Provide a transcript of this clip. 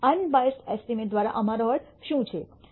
unbiased estimate દ્વારા અમારો અર્થ શું છે